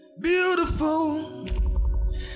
Beautiful